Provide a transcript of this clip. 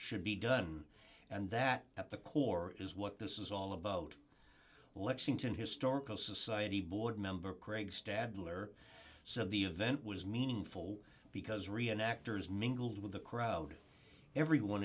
should be done and that at the core is what this is all about lexington historical society board member craig stadler so the event was meaningful because rian actors ningaloo with the crowd everyone